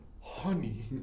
honey